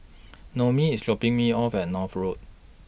Noemi IS dropping Me off At North Road